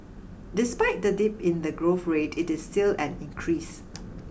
despite the dip in the growth rate it is still an increase